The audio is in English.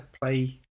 play